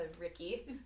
Ricky